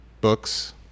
books